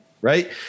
Right